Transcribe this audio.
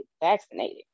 vaccinated